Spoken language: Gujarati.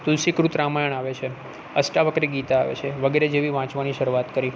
તુલસી કૃત રામાયણ આવે છે અષ્ટાવક્રી ગીતા આવે છે વગેરે જેવી વાંચવાની શરૂઆત કરી